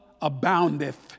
aboundeth